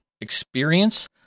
experience